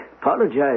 apologize